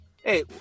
Hey